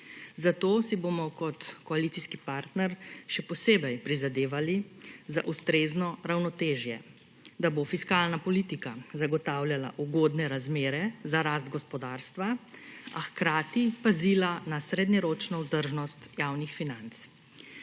Zato si bomo kot koalicijski partner še posebej prizadevali za ustrezno ravnotežje, da bo fiskalna politika zagotavljala ugodne razmere za rast gospodarstva, a hkrati pazila na srednjeročno vzdržnost javnih financ.